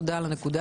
תודה על הנקודה.